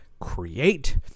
create